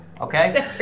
okay